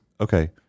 okay